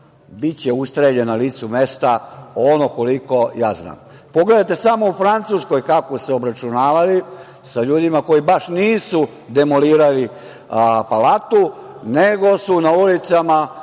biće ustreljen na licu mesta, ono koliko ja znam. Pogledajte samo u Francuskoj kako se obračunavaju sa ljudima koji baš nisu demolirali palatu, nego su na ulicama